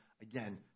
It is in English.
again